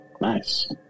Nice